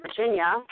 Virginia